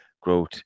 growth